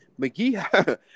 McGee